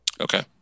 Okay